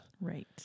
Right